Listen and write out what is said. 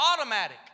automatic